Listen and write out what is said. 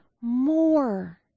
more